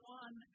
one